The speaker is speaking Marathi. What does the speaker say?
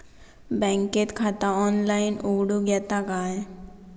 बँकेत खाता ऑनलाइन उघडूक येता काय?